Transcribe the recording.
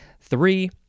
Three